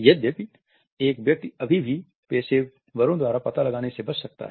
यद्यपि एक व्यक्ति अभी भी पेशेवरों द्वारा पता लगाने से बच सकता है